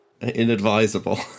Inadvisable